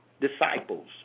Disciples